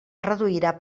reduirà